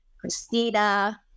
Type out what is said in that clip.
Christina